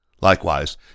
Likewise